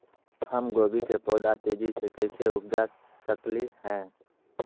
हम गोभी के पौधा तेजी से कैसे उपजा सकली ह?